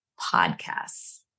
podcasts